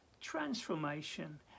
transformation